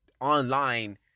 online